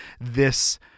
this-